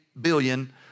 billion